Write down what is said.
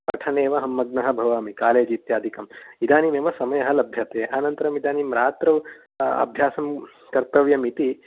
पठने एव अहं मग्नः भवामि कालेज् इत्यादिकम् इदानीमेव समयः लभ्यते अनन्तरम् इदानीं रात्रौ अभ्यासं कर्तव्यम् इति